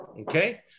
okay